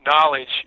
Knowledge